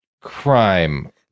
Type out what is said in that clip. crime